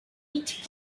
each